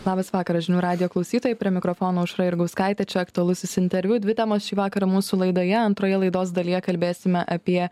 labas vakaras žinių radijo klausytojai prie mikrofono aušra jurgauskaitė čia aktualusis interviu dvi temos šį vakarą mūsų laidoje antroje laidos dalyje kalbėsime apie